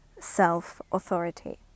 self-authority